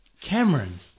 Cameron